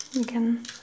Again